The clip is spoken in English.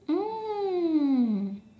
mm